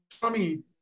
Tommy